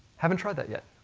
haven't tried that yet.